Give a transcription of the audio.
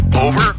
over